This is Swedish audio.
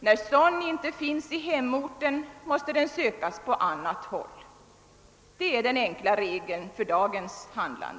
När sådan inte finns i hemorten måste den sökas på annat håll. Det är den enkla regeln för dagens handlande.